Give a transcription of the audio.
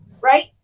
right